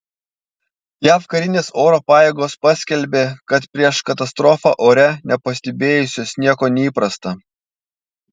jav karinės oro pajėgos paskelbė kad prieš katastrofą ore nepastebėjusios nieko neįprasta